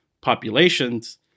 populations